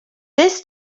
this